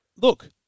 Look